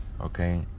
Okay